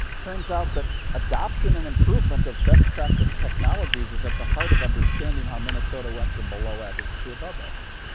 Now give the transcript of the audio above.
turns out that adoption and improvement of best practice technologies is at the heart of understanding how minnesota went from below average to above average.